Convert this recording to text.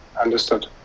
Understood